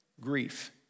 grief